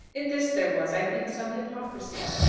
in this there was, i think, some hypocrisy.